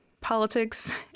politics